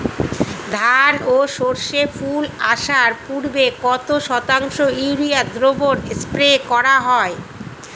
ধান ও সর্ষে ফুল আসার পূর্বে কত শতাংশ ইউরিয়া দ্রবণ স্প্রে করা হয়?